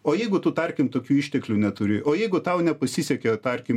o jeigu tu tarkim tokių išteklių neturi o jeigu tau nepasisekė tarkim